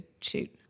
shoot